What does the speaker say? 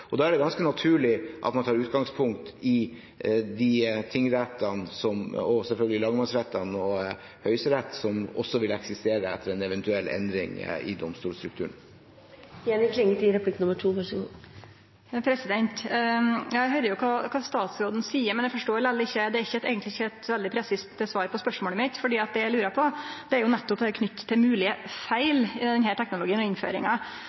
opp. Da er det ganske naturlig at man tar utgangspunkt i de tingrettene, og selvfølgelig lagmannsrettene og Høyesterett, som også vil eksistere etter en eventuell endring i domstolstrukturen. Eg høyrer kva statsråden seier, men eg forstår lell ikkje, for det er eigentleg ikkje eit så veldig presist svar på spørsmålet mitt. Det eg lurer på, er nettopp knytt til moglege feil i innføringa av denne teknologien. Statsråden viste til at det er krevjande prosessar, og at det derfor er lurt med ei trinnvis gjennomføring. Det er vel og